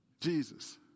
Jesus